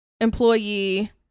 employee